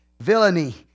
villainy